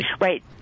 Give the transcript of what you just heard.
Right